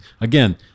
Again